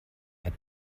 hat